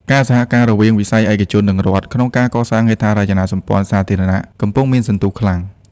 ការសហការរវាង វិស័យឯកជន និងរដ្ឋ ក្នុងការកសាងហេដ្ឋារចនាសម្ព័ន្ធសាធារណៈ កំពុងមានសន្ទុះខ្លាំង។